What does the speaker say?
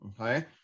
okay